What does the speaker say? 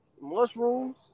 mushrooms